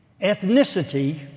ethnicity